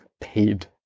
paid